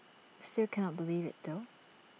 still cannot believe IT though